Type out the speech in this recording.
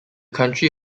country